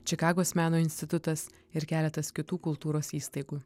čikagos meno institutas ir keletas kitų kultūros įstaigų